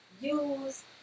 Use